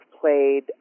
played